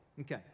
Okay